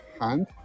hand